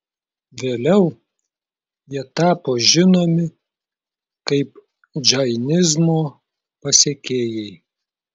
vėliau jie tapo žinomi kaip džainizmo pasekėjai